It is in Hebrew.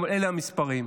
אבל אלה המספרים.